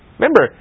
Remember